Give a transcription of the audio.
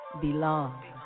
belong